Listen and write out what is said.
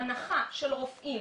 ההנחה שלרופאים